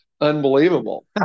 unbelievable